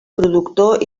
productor